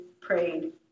prayed